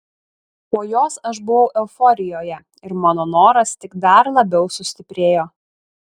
po jos aš buvau euforijoje ir mano noras tik dar labiau sustiprėjo